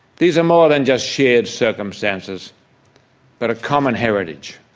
these are more than just shared circumstances but a common heritage